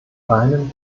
einen